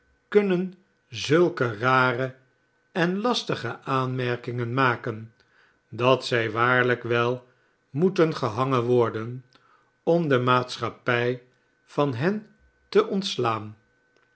kunnen zulke rare en lastige aanmerkingen maken dat zij waarlijk wel moeten gehangen worden om de maatschappij van hen te ontslaan